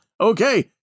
Okay